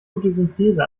fotosynthese